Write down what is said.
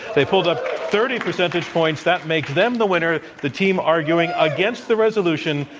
they pulled up thirty percentage points. that makes them the winner, the team arguing against the resolution,